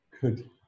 Good